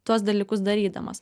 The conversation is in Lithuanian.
tuos dalykus darydamas